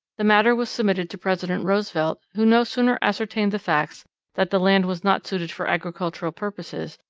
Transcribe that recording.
the matter was submitted to president roosevelt, who no sooner ascertained the facts that the land was not suited for agricultural purposes,